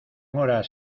horas